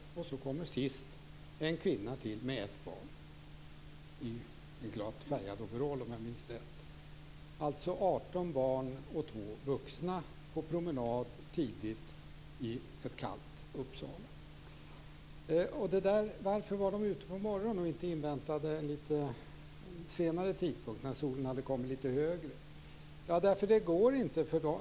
Till sist kom det ännu en kvinna med ett barn i en glad färgad overall, om jag minns rätt. Sammanlagt var det 18 barn och två vuxna på promenad tidigt i ett kallt Uppsala. Varför var de ute så tidigt på morgonen? Varför inväntade de inte en litet senare tidpunkt, när solen hade kommit litet högre? Jo, det skulle inte gå.